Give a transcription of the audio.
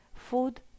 food